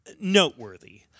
noteworthy